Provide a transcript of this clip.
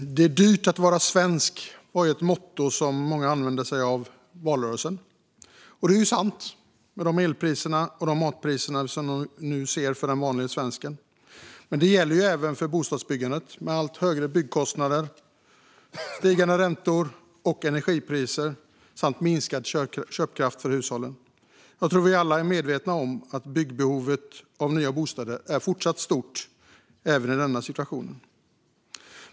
Herr talman! "Det är dyrt att vara svensk" var ett motto som många använde sig av under valrörelsen. Det är ju sant med de elpriser och matpriser som vi nu ser för den vanlige svensken. Men det gäller även för bostadsbyggandet med allt högre byggkostnader, stigande räntor och energipriser samt minskad köpkraft hos hushållen. Jag tror att vi alla är medvetna om att behovet av att det byggs nya bostäder är fortsatt stort även i denna situation.